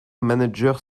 manager